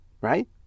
Right